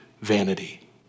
vanity